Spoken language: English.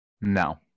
No